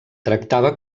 tractava